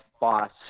boss